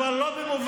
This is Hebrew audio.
אבל לא במובן,